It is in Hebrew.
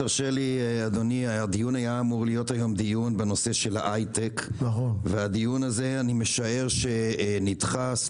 היה אמור להיות דיון בנושא של ההייטק ואני משער שהדיון נדחה או